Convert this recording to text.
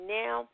now